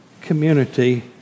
community